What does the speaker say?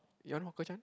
young Hawker Chan